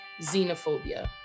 xenophobia